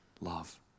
Love